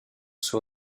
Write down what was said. sur